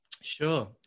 Sure